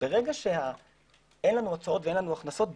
ברגע שאין לנו הוצאות ואין לנו הכנסות,